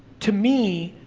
to me,